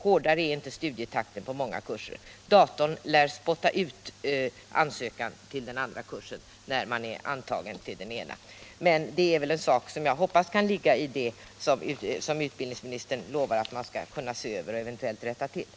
Hårdare är inte studietakten i många kurser. Datorn lär spotta ut ansökningen till den andra kursen, när den ansökande redan är antagen till en kurs. Jag hoppas att denna sak tillhör de frågor som utbildningsministern lovar att man skall se över och eventuellt rätta till.